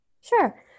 Sure